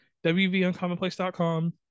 wvuncommonplace.com